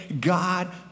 God